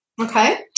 Okay